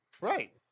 right